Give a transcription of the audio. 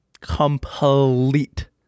Complete